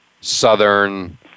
southern